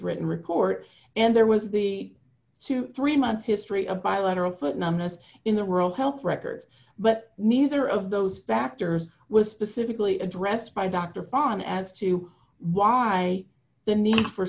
written report and there was the twenty three month history a bilateral foot numbness in the world health records but neither of those factors was specifically addressed by dr fine as to why the need for